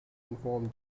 inform